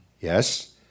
yes